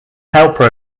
helper